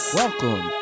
Welcome